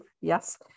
yes